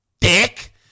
dick